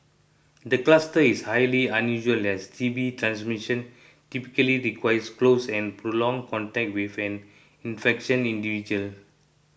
the cluster is highly unusual as T B transmission typically requires close and prolonged contact with an infectious individual